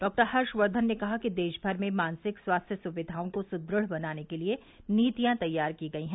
doctor Harshvardhan ने कहा कि देश भर में मानसिक स्वास्थ्य सुक्विाओं को सुदृढ़ बनाने के लिए नीतियां तैयार की गई हैं